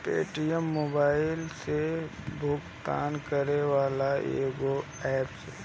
Paytm mobile से भुगतान करे वाला एगो एप्प बाटे